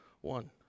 one